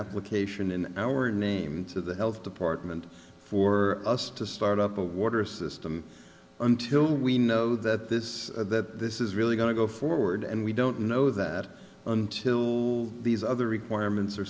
with cation in our name into the health department for us to start up a water system until we know that this is that this is really going to go forward and we don't know that until these other requirements are